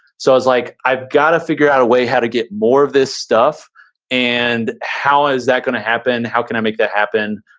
so i was like, i've gotta figure out a way how to get more of this stuff and how is that gonna happen, how can i make that happen?